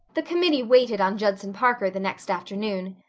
the committee waited on judson parker the next afternoon.